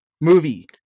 movie